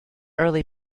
early